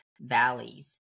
valleys